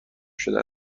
شده